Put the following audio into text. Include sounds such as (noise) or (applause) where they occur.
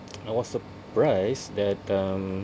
(noise) I was surprised that um